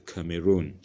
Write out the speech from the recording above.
Cameroon